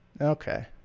Okay